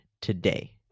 today